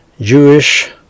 Jewish